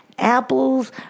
apples